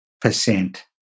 percent